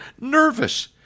nervous